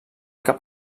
cap